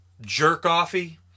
jerk-off-y